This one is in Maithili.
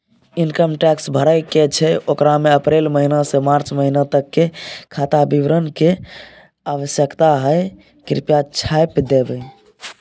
इनकम टैक्स भरय के छै ओकरा में अप्रैल महिना से मार्च महिना तक के खाता विवरण के आवश्यकता हय कृप्या छाय्प देबै?